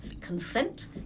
consent